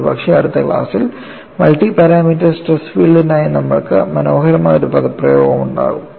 ഒരുപക്ഷേ അടുത്ത ക്ലാസ്സിൽ മൾട്ടി പാരാമീറ്റർ സ്ട്രെസ് ഫീൽഡിനായി നമ്മൾക്ക് മനോഹരമായ ഒരു പദപ്രയോഗമുണ്ടാകും